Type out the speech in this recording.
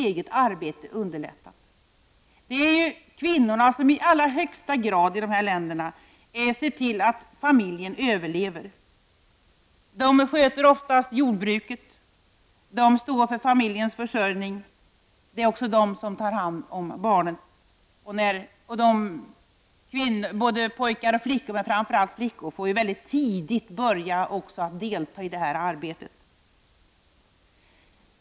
I de fattiga länderna är det kvinnorna som i allra högsta grad ser till att familjen överlever. Det är oftast kvinnorna som sköter jordbruket, och det är kvinnorna som står för familjens försörjning. Vidare är det kvinnorna som tar hand om barnen. Både pojkar och flickor, men framför allt flickor, får väldigt tidigt börja delta i arbetet hemma.